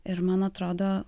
ir man atrodo